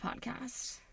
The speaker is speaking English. podcast